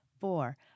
four